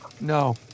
No